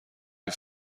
این